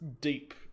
deep